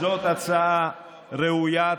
זאת הצעה ראויה.